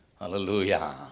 Hallelujah